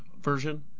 version